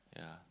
yeah